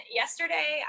yesterday